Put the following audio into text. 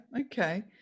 okay